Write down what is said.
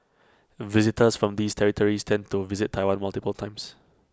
visitors from these territories tend to visit Taiwan multiple times